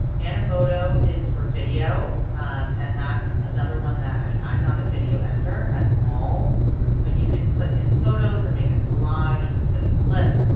animoto is for video and that's another one. i mean i'm not a video editor at all but you can put in photos and make a collage. you can put in clips,